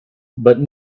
but